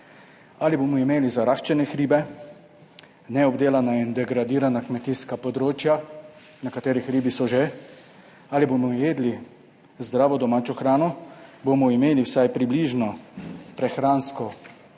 ali bomo imeli zaraščene hribe, neobdelana in degradirana kmetijska področja, nekateri hribi so že, ali bomo jedli zdravo domačo hrano, bomo imeli vsaj približno prehransko oskrbo,